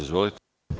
Izvolite.